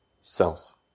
self